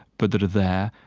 but that are there.